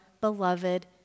beloved